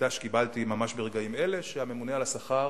המידע שקיבלתי ממש ברגעים אלה, שהממונה על השכר